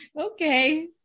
Okay